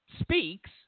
speaks